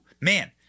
Man